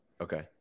Okay